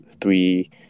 three